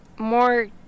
More